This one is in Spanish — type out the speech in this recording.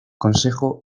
consejo